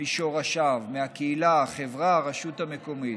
משורשיו, מהקהילה, החברה, הרשות המקומית.